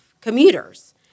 commuters